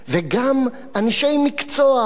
וגם אנשי מקצוע,